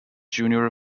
junior